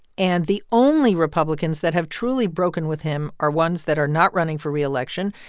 and the only republicans that have truly broken with him are ones that are not running for reelection.